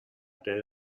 del